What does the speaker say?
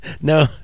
No